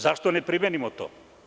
Zašto ne primenimo to?